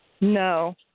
No